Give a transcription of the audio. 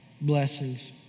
blessings